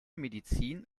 medizin